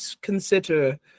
consider